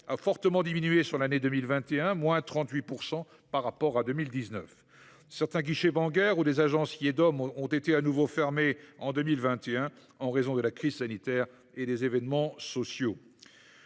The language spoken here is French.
a fortement diminué au cours de l’année 2021, avec une baisse de 38 % par rapport à 2019. Certains guichets bancaires ou agences Iedom ont été de nouveau fermés en 2021, en raison de la crise sanitaire et des événements sociaux.